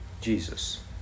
Jesus